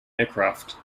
aircraft